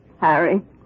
Harry